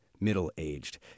middle-aged